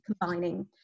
combining